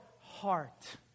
heart